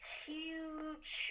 huge